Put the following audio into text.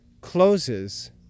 closes